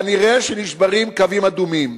כנראה נשברים קווים אדומים.